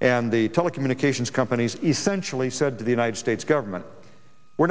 and the telecommunications companies essentially said to the united states government we're